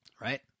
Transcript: Right